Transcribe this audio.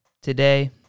today